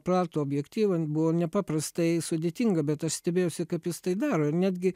platų objektyvą buvo nepaprastai sudėtinga bet aš stebėjausi kaip jis tai daro ir netgi